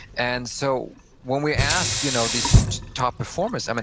and so when we asked you know these top performers, um and